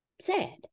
sad